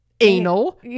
anal